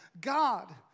God